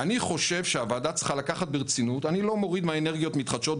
אני לא מוריד מהאנרגיות המתחדשות,